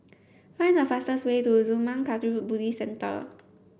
find the fastest way to Zurmang Kagyud Buddhist Centre